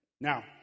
Now